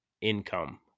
income